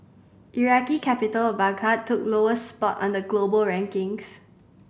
Iraqi capital Baghdad took lowest spot on the global rankings